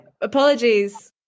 Apologies